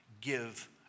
give